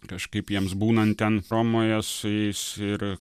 kažkaip jiems būnant ten romoje su jais ir